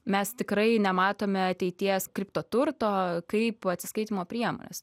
mes tikrai nematome ateities kriptoturto kaip atsiskaitymo priemonės